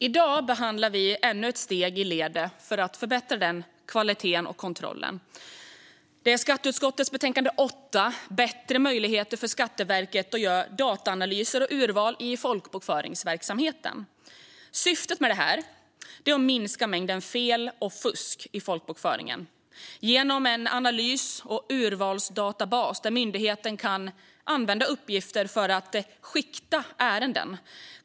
I dag behandlar vi ännu ett steg i ledet att förbättra kvaliteten och kontrollen, nämligen skatteutskottets betänkande 8 Bättre möjligheter för Skatteverket att göra dataanalyser och urval i folkbokföringsverksamhe ten . Syftet med det här är att minska mängden fel och fusk i folkbokföringen genom en analys och urvalsdatabas där myndigheten kan använda uppgifter för att skikta ärenden.